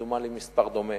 כמדומני מספר דומה.